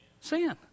Sin